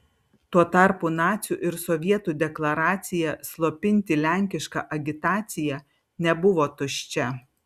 tuo tarpu nacių ir sovietų deklaracija slopinti lenkišką agitaciją nebuvo tuščia